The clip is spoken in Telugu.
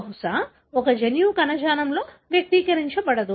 బహుశా ఒక జన్యువు కణజాలంలో వ్యక్తీకరించబడదు